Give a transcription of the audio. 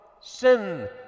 sin